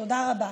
תודה רבה.